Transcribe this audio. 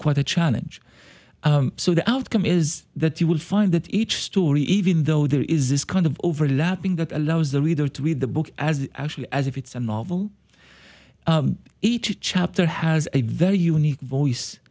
quite a challenge so the outcome is that you will find that each story even though there is this kind of overlapping that allows the reader to read the book as actually as if it's a novel each chapter has a very unique voice